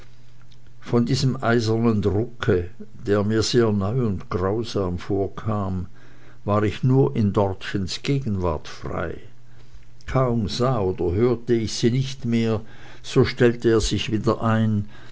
von diesem eisernen drucke der mir sehr neu und grausam vorkam war ich nur in dortchens gegenwart frei kaum sah oder hörte ich sie nicht mehr so stellte er sich wieder ein